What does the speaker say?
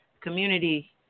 community